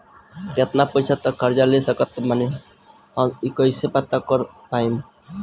केतना पैसा तक कर्जा ले सकत बानी हम ई कइसे पता कर पाएम?